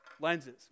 lenses